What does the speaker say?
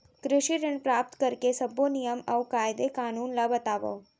कृषि ऋण प्राप्त करेके सब्बो नियम अऊ कायदे कानून ला बतावव?